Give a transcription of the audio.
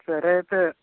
సరే అయితే